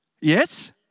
yes